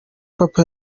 papa